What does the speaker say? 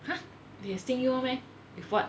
what